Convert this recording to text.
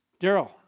Daryl